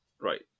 right